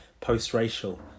post-racial